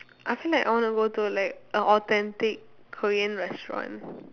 I feel like I want to go to like a authentic korean restaurant